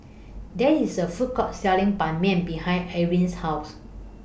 There IS A Food Court Selling Ban Mian behind Arlin's House